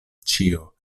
ĉio